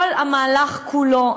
כל המהלך כולו,